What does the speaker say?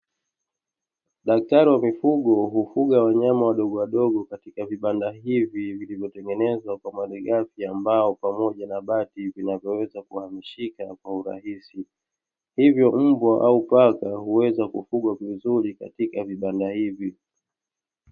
Daktari wa mifugo hufuga wanyama wadogowadogo katika vibanda hivi vilivyotengenezwa kwa malighafi ya mbao, pamoja na bati vinavyoweza kuhamishika kwa urahisi hivyo mbwa au paka huweza kufugwa vizuri katika vibanda hivi.